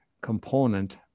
component